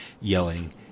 yelling